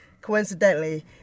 coincidentally